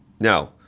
Now